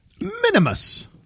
Minimus